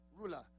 Ruler